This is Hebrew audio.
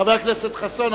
חבר הכנסת חסון,